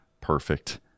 perfect